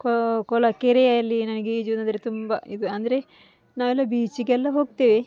ಕೊ ಕೊಳ ಕೆರೆಯಲ್ಲಿ ನನಗೆ ಈಜುವುದಂದ್ರೆ ತುಂಬ ಇದು ಅಂದರೆ ನಾವೆಲ್ಲ ಬೀಚಿಗೆಲ್ಲ ಹೋಗ್ತೇವೆ